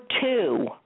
two